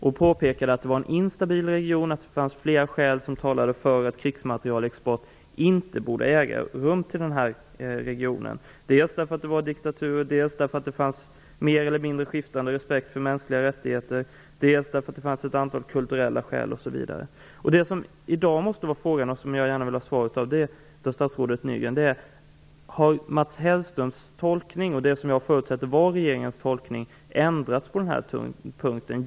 Han påpekade att det var en instabil region och att det fanns flera skäl som talade för att krigsmaterielexport till denna region inte borde äga rum, dels därför att det fanns diktaturer, dels därför att det rådde mer eller mindre skiftande respekt för mänskliga rättigheter, dels av kulturella skäl osv. Det som i dag måste vara frågan och som jag gärna vill ha besvarad av statsrådet Nygren är om Mats Hellströms tolkning och det som jag förutsätter var regeringens tolkning ändrats på den här punkten.